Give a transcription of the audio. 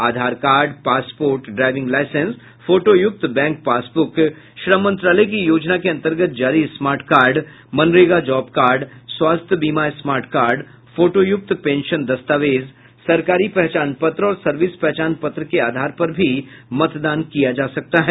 आधार card passport driving licence फोटोयुक्त bank passbook श्रम मंत्रालय की योजना के अंतर्गत जारी smart card MNREGA job card स्वास्थ्य बीमा स्मार्ट कार्ड फोटोय्क्त पेंशन दस्तावेज सरकारी पहचान पत्र और सर्विस पहचान पत्र के आधार पर भी मतदान किया जा सकता है